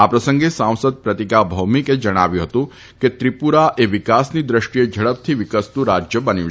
આ પ્રસંગે સાંસદ પ્રતિકા ભૌમિકે જણાવ્યું હતું કે ત્રિપુરા એ વિકાસની દ્રષ્ટિએ ઝડપથી વિકસતું રાજ્ય બન્યું છે